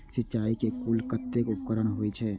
सिंचाई के कुल कतेक उपकरण होई छै?